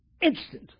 Instant